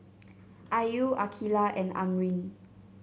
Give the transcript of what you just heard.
Ayu Aqilah and Amrin